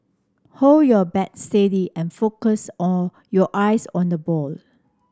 hold your bat steady and focus your eyes on the ball